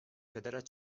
پدرت